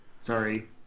Sorry